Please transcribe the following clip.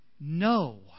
No